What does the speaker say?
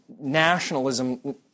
nationalism